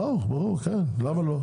מה ברור כן, למה לא?